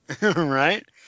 Right